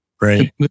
right